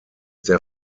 der